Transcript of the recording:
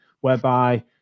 whereby